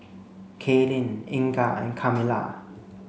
Kaylene Inga and Kamilah